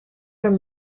from